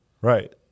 right